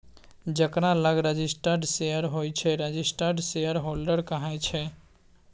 जकरा लग registered share होइ छै रजिस्टर्ड शेयरहोल्डर कहाइ छै